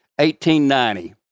1890